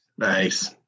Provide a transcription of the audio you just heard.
Nice